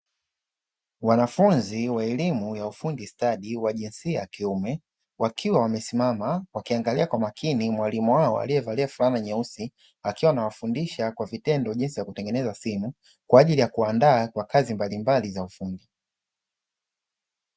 Wanafunzi wa elimu ya ufundi stadi wa jinsia ya kiume, wakiwa wamesimama wakiangalia kwa makini mwalimu wao aliyavalia fulana nyeusi, akiwa anawafundisha kwa vitendo jinsi ya kutengeneza simu, kwa ajili ya kuwaandaa kwa kazi mbalimbali za kiufundi.